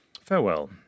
farewell